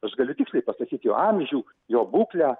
aš galiu tiksliai pasakyt jo amžių jo būklę